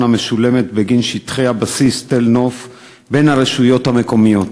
המשולמת בגין שטחי הבסיס תל-נוף בין הרשויות המקומיות